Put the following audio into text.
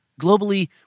Globally